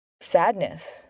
sadness